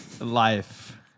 Life